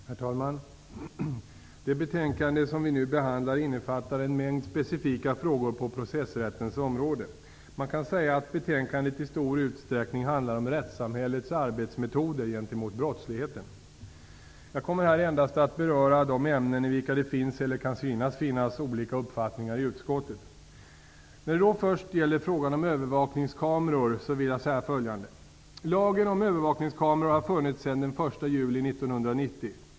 Herr talman! Det betänkande vi nu behandlar innefattar en mängd specifika frågor på processrättens område. Man kan säga att betänkandet i stor utsträckning handlar om rättssamhällets arbetsmetoder gentemot brottsligheten. Jag kommer här endast att beröra de ämnen i vilka det finns eller kan synas finnas olika uppfattningar i utskottet. När det då först gäller frågan om övervakningskameror vill jag säga följande: Lagen om övervakningskameror har funnits sedan den 1 juli 1990.